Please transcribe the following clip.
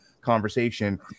conversation